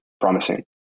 promising